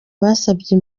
basabye